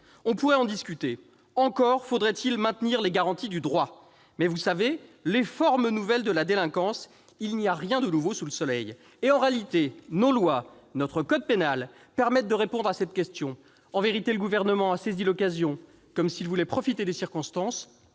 on pourrait en discuter. Encore faudrait-il maintenir les garanties du droit ! Mais vous savez, les " formes nouvelles de la délinquance ", il n'y a rien de nouveau sous le soleil ! Et en réalité, nos lois, notre code pénal, permettent de répondre à cette question. « En vérité, le gouvernement a saisi l'occasion, comme s'il voulait profiter des circonstances,